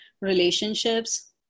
relationships